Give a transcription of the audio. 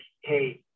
hey